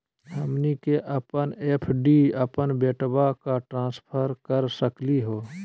हमनी के अपन एफ.डी अपन बेटवा क ट्रांसफर कर सकली हो?